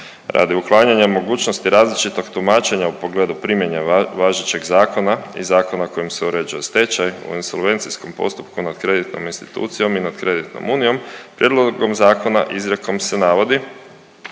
Radi uklanjanja mogućnosti različitog tumačenja u pogledu primjene važećeg zakona i zakona kojim se uređuje stečaj u insolvencijskom postupku nad kreditnom institucijom i nad kreditnom unijom prijedlogom zakona izrijekom se navodi